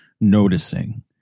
noticing